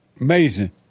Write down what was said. Amazing